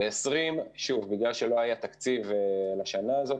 בגלל שלא היה תקציב לשנה הזאת,